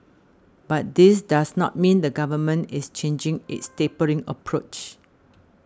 but this does not mean the Government is changing its tapering approach